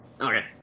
Okay